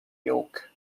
yolk